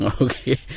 Okay